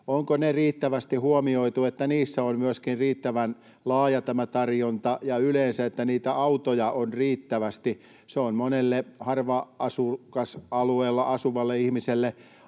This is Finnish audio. Onko ne riittävästi huomioitu, niin että myöskin niissä on riittävän laaja tarjonta, ja yleensä se, että niitä autoja on riittävästi? Se on monelle harva-asutusalueella asuvalle ihmiselle